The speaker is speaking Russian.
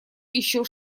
еще